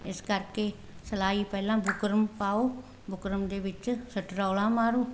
ਇਸ ਕਰਕੇ ਸਿਲਾਈ ਪਹਿਲਾਂ ਬੁਕਰਮ ਪਾਓ ਬੁਕਰਮ ਦੇ ਵਿੱਚ ਸਟਰੋਲਾਂ ਮਾਰੋ